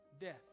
death